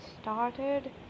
started